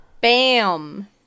Bam